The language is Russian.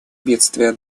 бедствия